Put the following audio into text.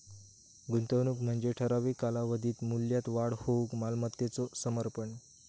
गुंतवणूक म्हणजे ठराविक कालावधीत मूल्यात वाढ होऊक मालमत्तेचो समर्पण